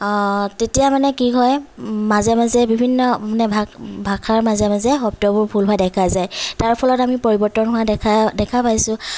তেতিয়া মানে কি হয় মাজে মাজে বিভিন্ন ভাষাৰ মাজে মাজে শব্দবোৰ ভুল হোৱা দেখা যায় তাৰ ফলত আমি পৰিবৰ্তন হোৱা দেখা দেখা পাইছোঁ